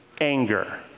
anger